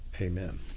Amen